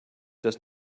does